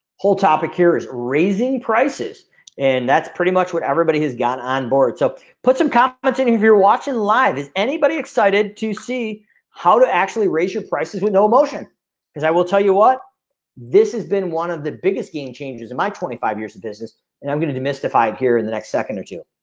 whole topic. is raising prices and that's pretty much what everybody has got on board so put some compliments in if you're watching live is anybody excited to see how to actually raise your prices with no emotion cuz i will tell you what this has been one of the biggest game changes in my twenty five years of business and i'm gonna demystify here in the next second or two.